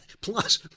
Plus